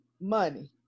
money